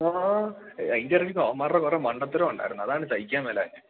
ആ അതിന്റെയിടയ്ക്ക് അവന്മാരുടെ കുറേ മണ്ടത്തരവുമുണ്ടായിരുന്നു അതാണ് സഹിക്കാൻ വയ്യാഞ്ഞത്